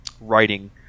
writing